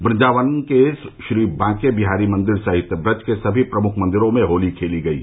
वृन्दावन के श्री बांके बिहारी मंदिर सहित ब्रज के सभी प्रमुख मंदिरों में होली खेली गयी